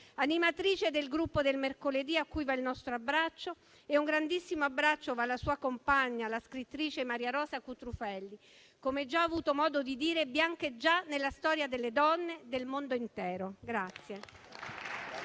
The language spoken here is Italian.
animatrice del Gruppo del mercoledì, a cui va il nostro abbraccio. Un grandissimo abbraccio va alla sua compagna, la scrittrice Maria Rosa Cutrufelli. Come ho già avuto modo di dire, Bianca è già nella storia delle donne del mondo intero.